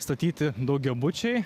statyti daugiabučiai